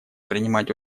принимать